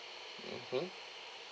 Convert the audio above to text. mmhmm